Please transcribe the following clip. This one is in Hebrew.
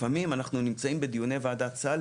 לפעמים כשאנחנו נמצאים בדיוני ועדת סל,